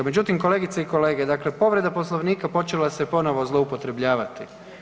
Međutim kolegice i kolege, dakle povreda Poslovnika počela se ponovno zloupotrebljavati.